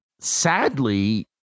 sadly